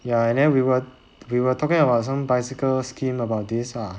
ya and then we were we were talking about some bicycle scheme about this ah